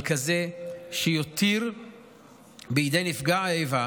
אבל כזה שיותיר בידי נפגע האיבה